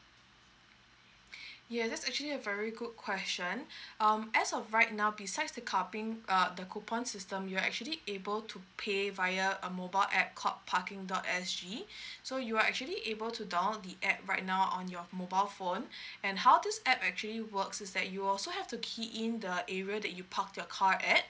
yes that's actually a very good question um as of right now besides the copying uh the coupon system you're actually able to pay via a mobile app called parking dot S G so you are actually able to download the app right now on your mobile phone and how this app actually works is that you will also have to key in the area that you park your car at